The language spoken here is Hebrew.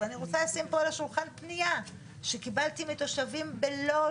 ואני רוצה לשים פה על השולחן פניה שקיבלתי מתושבים בלוד